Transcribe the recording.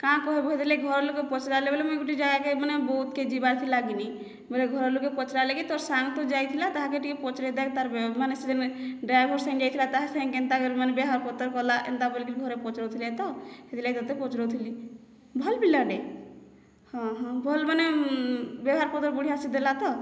କାଁ କହେବୁ ହେଥିରଲାଗି ଘରର ଲୁକେ ପଚରାଲେ ବୋଲି ମୁଇଁ ଗୋଟେ ଜାଗାକେ ମାନେ ବୌଦ୍ଧକେ ଯିବାର୍ ଥିଲାକିନି ବେଲେ ଘରର୍ ଲୁକେ ପଚରାଲେ କି ତୋର୍ ସାଙ୍ଗ ତ ଯାଇଥିଲା ତାହାକେ ଟିକେ ପଚରେଇ ଦେଖ୍ ମାନେ ସେ ଜେନ୍ ଡ୍ରାଇଭର ସାଙ୍ଗେ ଯାଇଥିଲା ତାହାର୍ ସାଙ୍ଗେ କେନ୍ତା ମାନେ ବ୍ୟବହାର ପତର କଲା ଏନ୍ତା ବଲିକିରି ଘରେ ପଚରଉଥିଲେ ତ ସେଥିରଲାଗି ତୋତେ ପଚରଉଥିଲି ଭଲ ପିଲାଟେ ହଁ ହଁ ଭଲ୍ ମାନେ ବ୍ୟବହାର ପତର ବଢ଼ିଆ ସେ ଦେଲା ତ